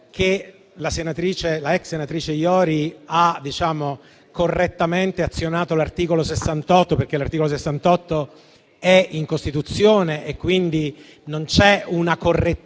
la ex senatrice Iori ha correttamente azionato l'articolo 68, perché tale articolo è in Costituzione: quindi non c'è una correttezza